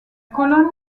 colonne